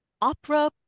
Opera